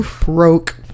Broke